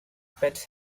pets